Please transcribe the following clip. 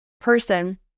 person